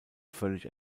völlig